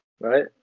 Right